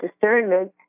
discernment